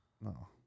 No